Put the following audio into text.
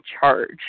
charge